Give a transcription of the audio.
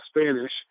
Spanish